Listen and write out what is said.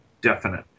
definite